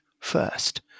first